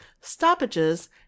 stoppages